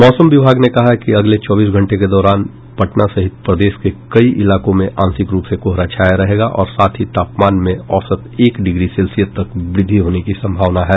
मौसम विभाग ने कहा है कि अगले चौबीस घंटों के दौरान पटना सहित प्रदेश के कई इलाकों में आंशिक रूप से कोहरा छाया रहेगा और साथ ही तापमान में औसत एक डिग्री सेल्सियस तक वृद्धि होने की संभावना है